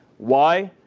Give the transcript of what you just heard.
why?